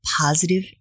positive